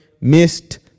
missed